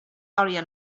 earlier